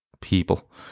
people